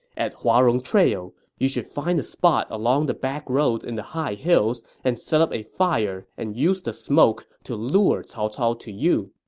at huarong trail, you should find a spot along the backroads in the high hills and set up a fire and use the smoke to lure cao cao to you.